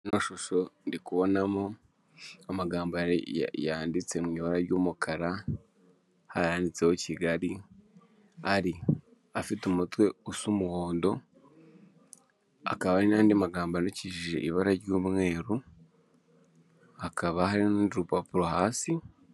Ino shusho ndibonamo amagambo yanditse mu ibara ry'umukara, hari ayanditseho Kigali afite umutwe usa umuhondo, hakaba n'andi magambo yandikishije ibara ry'umweru, hakaba hari n'urundi rupapuro hasi.